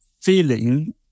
feeling